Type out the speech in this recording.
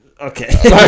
Okay